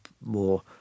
more